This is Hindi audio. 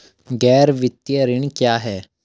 गैर वित्तीय ऋण क्या है?